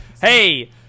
hey